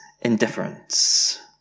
indifference